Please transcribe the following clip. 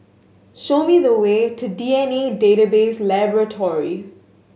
show me the way to D N A Database Laboratory